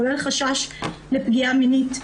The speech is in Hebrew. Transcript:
כולל חשש לפגיעה מינית,